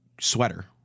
sweater